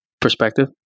perspective